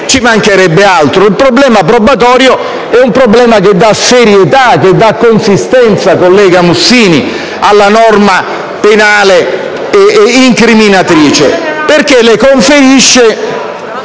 ci mancherebbe altro: il problema probatorio è un problema che dà serietà e consistenza, senatrice Mussini, alla norma penale ed incriminatrice, perché le conferisce